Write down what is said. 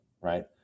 right